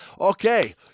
okay